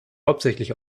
hauptsächlich